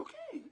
אוקיי.